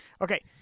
Okay